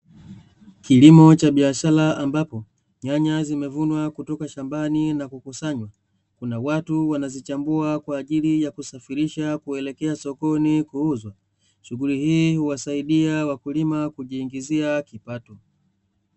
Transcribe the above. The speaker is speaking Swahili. Kilimo cha biashara ambapo nyanya zimevunwa kutoka shambani na kukusanywa, kuna watu wanazichambua kwa ajili ya kuzisafirisha kuelekea sokoni kuuza. Shughuli hii huwasaidia wakulima kujiingizia kipato.